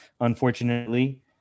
unfortunately